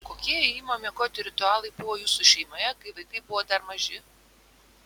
kokie ėjimo miegoti ritualai buvo jūsų šeimoje kai vaikai buvo dar maži